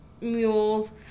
mules